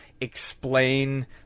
explain